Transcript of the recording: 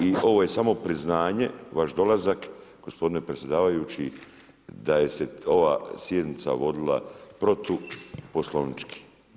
I ovo je samo priznanje vaš dolazak gospodine predsjedavajući da se ova sjednica vodila protu poslovnički.